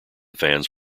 fans